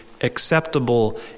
acceptable